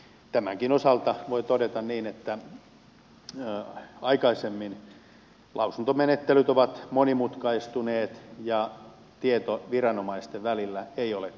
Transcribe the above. tämänkin osalta voi todeta niin että lausuntomenettelyt ovat monimutkaistuneet ja tieto viranomaisten välillä ei ole kulkenut